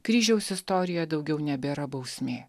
kryžiaus istorija daugiau nebėra bausmė